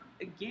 again